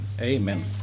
amen